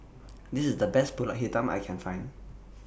This IS The Best Pulut Hitam I Can Find